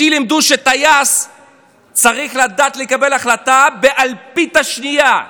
אותי לימדו שטייס צריך לדעת לקבל החלטה באלפית השנייה,